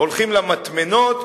הולכים למטמנות.